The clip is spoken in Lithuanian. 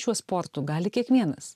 šiuo sportu gali kiekvienas